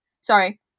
Sorry